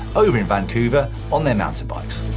over in vancouver on their mountain bikes.